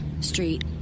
Street